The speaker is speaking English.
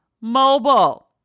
Mobile